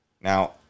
Now